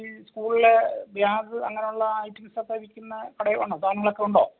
ഈ സ്കൂളിലെ ബ്യാഗ് അങ്ങനെ ഉള്ള ഐറ്റംസ് ഒക്കെ വിൽക്കുന്ന കടയാണോ സാധനങ്ങളൊക്കെ ഉണ്ടോ